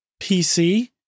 PC